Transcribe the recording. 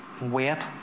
wait